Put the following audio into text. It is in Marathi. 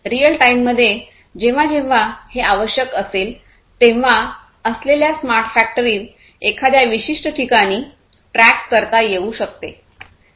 रीअल टाइम मध्ये जेव्हा जेव्हा हे आवश्यक असेल तेव्हा असलेल्या स्मार्ट फॅक्टरीत एखाद्या विशिष्ट ठिकाणी ट्रॅक करता येऊ शकते